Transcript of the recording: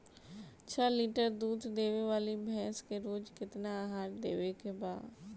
छह लीटर दूध देवे वाली भैंस के रोज केतना आहार देवे के बा?